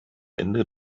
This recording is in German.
ende